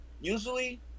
usually